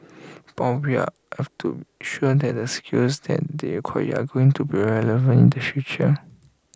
but we are have to sure that the skills that they acquire are going to be relevant in the future